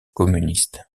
communiste